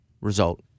result